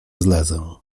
zlezę